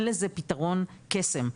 אין לזה פתרון קסם.